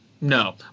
no